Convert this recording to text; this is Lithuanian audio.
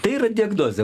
tai yra diagnozė